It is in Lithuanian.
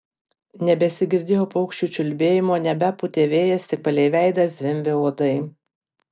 nebesigirdėjo paukščių čiulbėjimo nebepūtė vėjas tik palei veidą zvimbė uodai